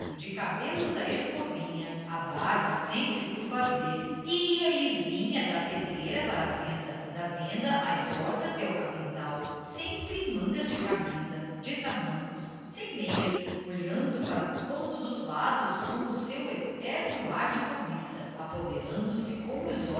de cabelos à escovinha a barba sempre por fazer ia e vinha da pedreira para a venda da venda às hortas e ao capinzal sempre em mangas de camisa de tamancos sem meias olhando para todos os lados com o seu eterno ar de cobiça apoderando se com